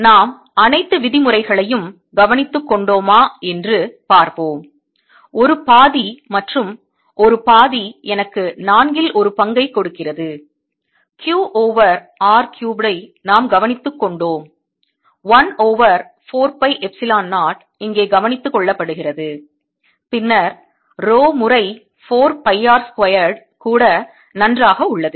நாம் அனைத்து விதிமுறைகளையும் கவனித்துக் கொண்டோமா என்று பார்ப்போம் 1 பாதி மற்றும் 1 பாதி எனக்கு நான்கில் ஒரு பங்கை கொடுக்கிறது Q ஓவர் R cubed ஐ நாம் கவனித்துக் கொண்டோம் 1 ஓவர் 4 பை எப்சிலோன் 0 இங்கே கவனித்துக் கொள்ளப்படுகிறது பின்னர் ரோ முறை 4 பை R squared கூட நன்றாக உள்ளது